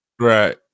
Right